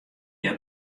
hja